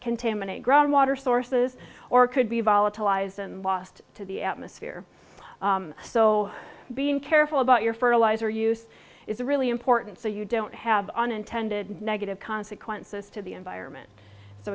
contaminate ground water sources or could be volatilized and lost to the atmosphere so being careful about your fertilizer use is a really important so you don't have unintended negative consequences to the environment so